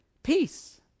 Peace